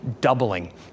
doubling